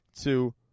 two